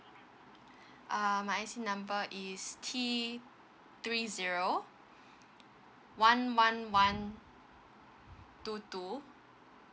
uh my I_C number is T three zero one one one two two